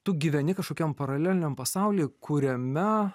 tu gyveni kažkokiam paraleliniam pasaulyje kuriame